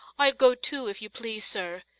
i'll go, too, if you please, sir,